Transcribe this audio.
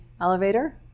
elevator